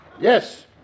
Yes